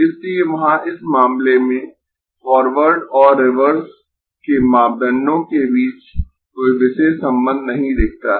इसलिए वहां इस मामले में फॉरवर्ड और रिवर्स के मापदंडों के बीच कोई विशेष संबंध नहीं दिखता है